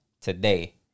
today